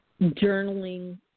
journaling